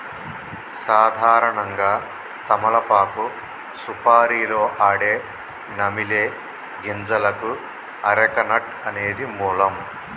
సాధారణంగా తమలపాకు సుపారీలో ఆడే నమిలే గింజలకు అరెక నట్ అనేది మూలం